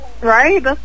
Right